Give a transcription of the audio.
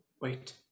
Wait